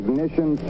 Ignition